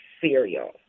cereal